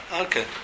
okay